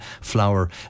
flower